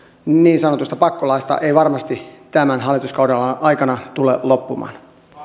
niin sanotusta pakkolaista ei varmasti tämän hallituskauden aikana tule loppumaan